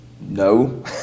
No